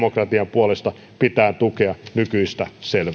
puolesta pitää tukea nykyistä selvemmin